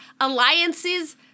Alliances